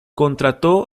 contrató